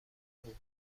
بود